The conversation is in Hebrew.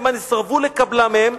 למען יסרבו לקבלם מהם,